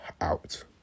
out